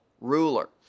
ruler